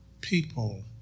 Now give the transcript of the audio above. people